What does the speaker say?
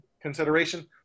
consideration